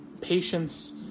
patience